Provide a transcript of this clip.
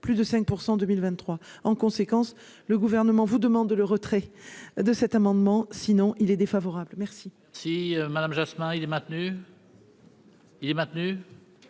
plus de 5 % 2023 en conséquence le gouvernement vous demande le retrait de cet amendement, sinon il est défavorable, merci. Si Madame Jospin, il est maintenu.